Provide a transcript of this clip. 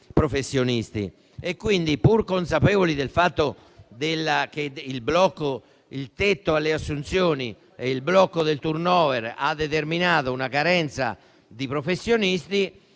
Quindi, pur consapevoli che il tetto alle assunzioni e il blocco del *turnover* hanno determinato una carenza di professionisti,